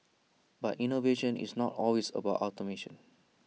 but innovation is not always about automation